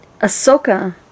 Ahsoka